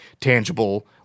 tangible